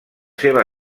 seva